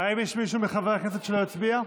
האם יש מישהו מחברי כנסת שלא הצביע?